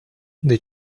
they